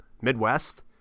Midwest